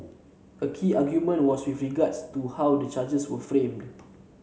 a key argument was with regards to how the charges were framed